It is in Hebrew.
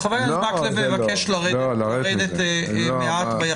חבר הכנסת מקלב מבקש לרדת ביחיד.